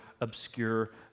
obscure